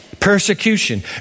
persecution